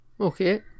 Okay